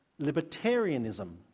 libertarianism